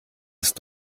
ist